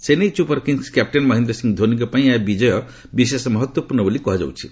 Chennai Super Kings captain Mahendra Singh ଧୋନୀଙ୍କ ପାଇଁ ଏହି ବିଜୟ ବିଶେଷ ମହତ୍ତ୍ପୂର୍ଣ୍ଣ ବୋଲି କୁହାଯାଉଛି